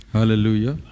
Hallelujah